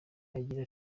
agira